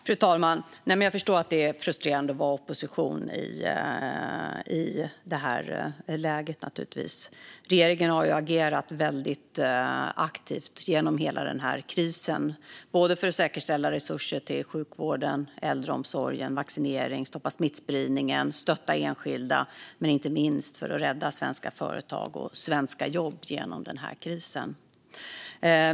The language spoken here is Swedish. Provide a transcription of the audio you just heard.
Fru talman! Jag förstår att det är frustrerande att vara i opposition i det här läget; regeringen har ju agerat väldigt aktivt genom hela krisen. Vi har agerat för att säkerställa resurser till sjukvården, äldreomsorgen och vaccineringen, för att stoppa smittspridningen och stötta enskilda samt, inte minst, för att rädda svenska företag och svenska jobb genom krisen.